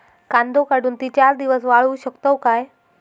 कांदो काढुन ती चार दिवस वाळऊ शकतव काय?